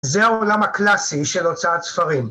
זה העולם הקלאסי של הוצאת ספרים.